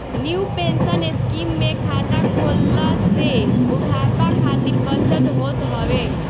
new pension scheme में खाता खोलला से बुढ़ापा खातिर बचत होत हवे